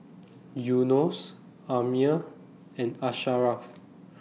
Yunos Ammir and Asharaff